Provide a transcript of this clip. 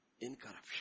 incorruption